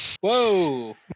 Whoa